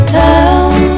town